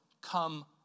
come